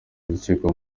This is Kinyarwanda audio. urukiko